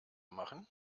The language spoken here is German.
machen